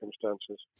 circumstances